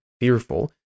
fearful